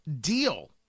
deal